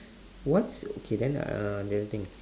what's okay then uh the other thing is